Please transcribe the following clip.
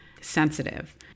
sensitive